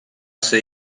ser